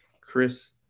Chris